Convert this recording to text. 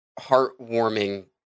heartwarming